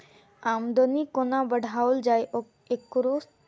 आमदनी कोना बढ़ाओल जाय, एकरो चिंता सतबैत रहैत छै